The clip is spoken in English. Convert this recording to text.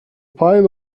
pile